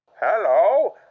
Hello